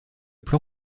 plan